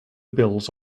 bills